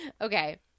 Okay